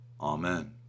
Amen